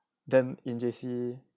then in J_C